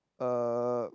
!huh!